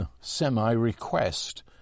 semi-request